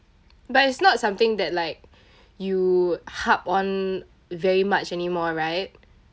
but it's not something that like you harp on very much anymore right